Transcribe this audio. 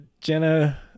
Jenna